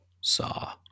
saw